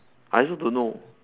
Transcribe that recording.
I also don't know